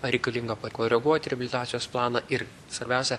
ar reikalinga pakoreguot reabilitacijos planą ir svarbiausia